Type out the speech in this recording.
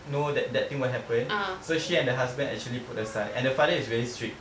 know that that thing will happen so she and the husband actually put aside and the father is actually very strict